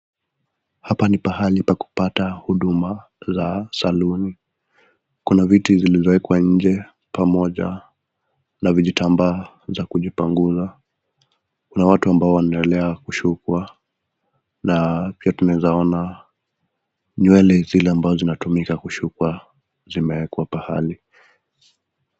Hapa ni pahali pa kupata huduma za saluni. Kuna viti ziliwekwa nje pamoja na vijitambaa za kujipanguza. Kuna watu ambao wanaendelea kusukwa na pia tunaeza ona nywele zile ambazo zinazotumiwa kusukwa zimewekwa pahali.